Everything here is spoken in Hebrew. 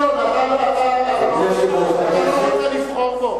חבר הכנסת גילאון, אני לא רוצה לבחור בו.